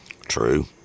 True